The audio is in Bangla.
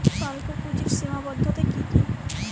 স্বল্পপুঁজির সীমাবদ্ধতা কী কী?